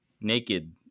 naked